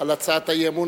על הצעת האי-אמון.